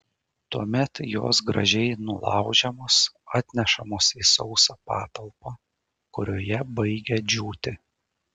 tuomet jos gražiai nulaužiamos atnešamos į sausą patalpą kurioje baigia džiūti